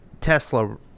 Tesla